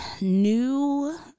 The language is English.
new